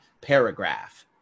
paragraph